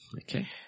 Okay